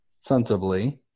sensibly